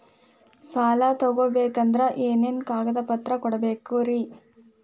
ಸಾಲ ತೊಗೋಬೇಕಂದ್ರ ಏನೇನ್ ಕಾಗದಪತ್ರ ಕೊಡಬೇಕ್ರಿ?